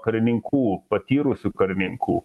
karininkų patyrusių karininkų